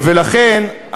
ולכן,